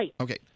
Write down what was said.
Okay